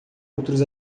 outros